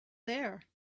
there